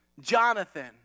Jonathan